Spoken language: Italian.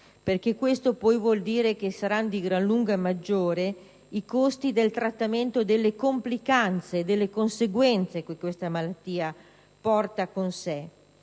perché questo poi vuol dire che saranno di gran lunga maggiori i costi del trattamento delle complicanze e delle conseguenze che questa malattia porta con sé.